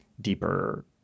deeper